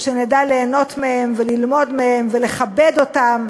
ושנדע ליהנות מהם וללמוד מהם ולכבד אותם,